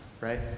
right